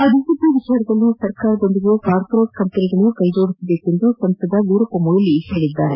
ಅಭಿವೃದ್ದಿ ವಿಚಾರದಲ್ಲಿ ಸರ್ಕಾರದ ಜೊತೆ ಕಾರ್ಪೊರೇಟ್ ಕಂಪನಿಗಳೂ ಕೈಜೋಡಿಸಬೇಕು ಎಂದು ಸಂಸದ ವೀರಪ್ಪ ಮೊಯಿಲಿ ಹೇಳಿದ್ದಾರೆ